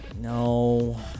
No